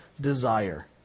desire